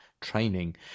training